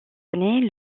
année